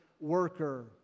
worker